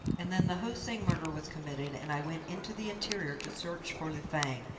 and then the ho sing murder was committed, and i went into the interior to search for lu fang,